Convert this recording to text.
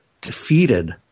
defeated